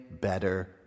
Better